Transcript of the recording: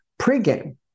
pregame